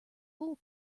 fool